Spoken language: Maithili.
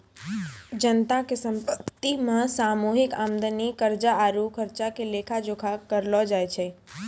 जनता के संपत्ति मे सामूहिक आमदनी, कर्जा आरु खर्चा के लेखा जोखा करलो जाय छै